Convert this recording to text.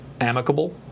amicable